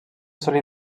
solia